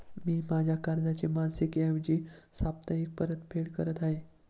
मी माझ्या कर्जाची मासिक ऐवजी साप्ताहिक परतफेड करत आहे